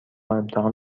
امتحان